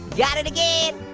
got it again.